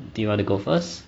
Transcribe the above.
do you want to go first